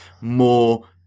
more